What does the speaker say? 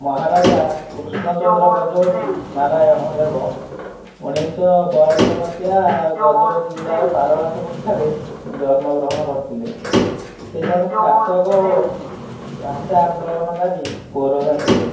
ମହାରାଜା କୃଷ୍ଣଚନ୍ଦ୍ର ଗଜପତି ନାରାୟଣ ଦେବ ଉଣେଇଶ ବୟାନବେ ମସିହା ଗଜପତି ଜିଲ୍ଲାର ପାରଳା ଖେମୁଣ୍ଡି ଠାରେ ଜନ୍ମ ଗ୍ରହଣ କରିଥିଲେ ସେ ଜଣେ ଶାସକ ଓ ଭାଷା ଆନ୍ଦୋଳନ କାରି ପୋରୋଧା ଥିଲେ